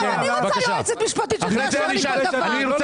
גם אני רוצה יועצת משפטית שתאשר לי כל דבר.